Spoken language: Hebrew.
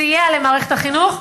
סייע למערכת החינוך,